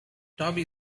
toby